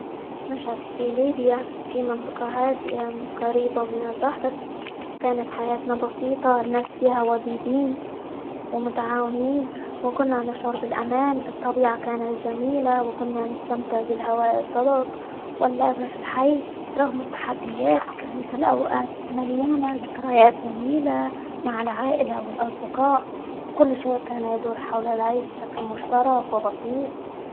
نشأت في ليبيا في منطقة هادئة، قريبة من البحر، كانت حياتنا بسيطة الناس فيها وديدين، ومتعاونين، وكنا نشعر بالأمان، الطبيعة كانت جميلة، وكنا نستمتع بالهواء الطلق، واللعب في الحي، رغم التحديات كانت الأوقات مليانة ذكريات جميلة مع العائلة، والأصدقاء، وكل شيء كان يدور حول العيش بشكل مشترك، وبسيط.